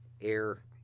air